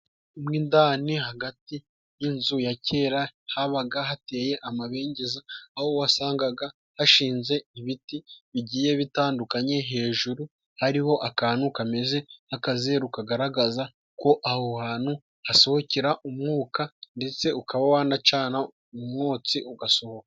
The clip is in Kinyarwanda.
Mu indani hagati y'inzu ya kera habaga hateye amabengeza aho wasangaga hashinze ibiti bigiye bitandukanye, hejuru hariho akantu kameze nk'akazeru kagaragaza ko aho hantu hasohokera umwuka ndetse ukaba wanacana umwotsi ugasohoka.